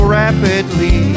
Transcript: rapidly